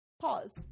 Pause